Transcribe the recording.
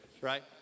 right